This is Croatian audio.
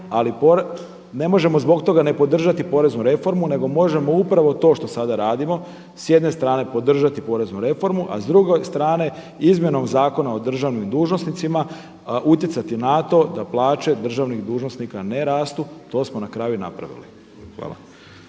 ali ne možemo zbog toga ne podržati poreznu reformu nego možemo upravo to što sada radimo, s jedne strane podržati poreznu reformu a s druge strane Izmjenom zakona o državnim dužnosnicima utjecati na to da plaće državnih dužnosnika ne rastu, to smo na kraju i napravili. Hvala.